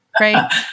right